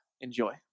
Enjoy